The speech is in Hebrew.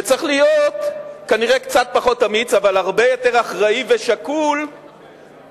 וצריך להיות כנראה קצת פחות אמיץ אבל הרבה יותר אחראי ושקול בממשלה.